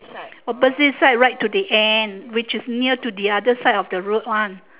opposite side right to the end which is near to the other side of the road one